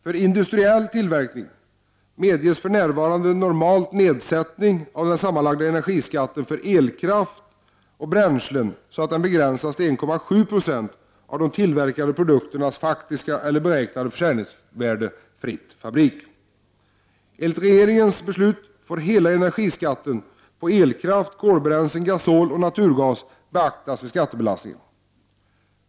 För industriell tillverkning medges för närvarande normalt nedsättning av den sammanlagda energiskatten för elkraft och bränslen, så att den begränsas till 1,7 90 av de tillverkade produkternas faktiska eller beräknade försäljningsvärde, fritt fabrik. Enligt regeringens beslut får hela energiskatten på elkraft, kolbränslen, gasol och naturgas beaktas vid skattebelastningen.